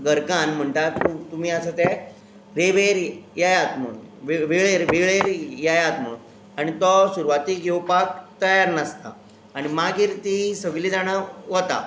घरकान्न म्हणटा तूं तुमी आसा ते रेंवेर येयात म्हुण वेळेर वेळेर येयात म्हुणून आनी तो सुरवातेक येवपाक तयार नासता आनी मागीर तीं सगळीं जाणां वतात